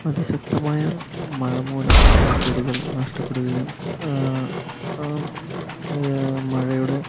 അതിശക്തമായ മഴ മൂലം ചെടികൾ നഷ്ടപ്പെടുകയും മഴയുടെ